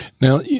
Now